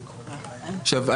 עכשיו,